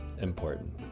important